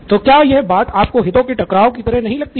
तो क्या यह बात आपको हितों के टकराव की तरह नहीं लगती है